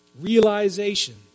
Realization